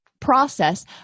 process